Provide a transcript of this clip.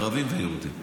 ערבים ויהודים.